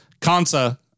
Kansa